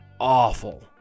awful